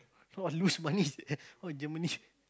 !wah! lose money seh for Germany